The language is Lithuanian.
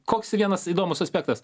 koks vienas įdomus aspektas